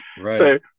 right